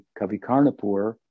Kavikarnapur